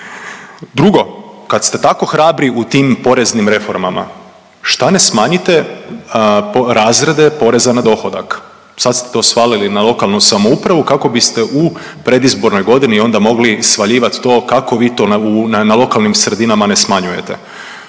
Drugo, kad ste tako hrabri u tim poreznim reformama, šta ne smanjite razrede poreza na dohodak. Sad ste to svalili na lokalnu samoupravu, kako biste u predizbornoj godini onda mogli svaljivat to kako vi to na lokalnim sredinama ne smanjujete.